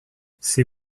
ces